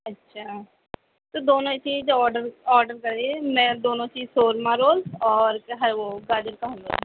اچھا تو دونوں چیز آڈر آڈر کریے میں دونوں چیز شورمہ رول اور کیا ہے وہ گاجر کا حلوہ